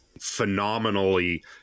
phenomenally